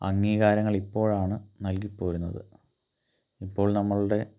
അംഗീകാരങ്ങള് ഇപ്പോഴാണ് നൽകിപ്പോരുന്നത് ഇപ്പോൾ നമ്മളുടെ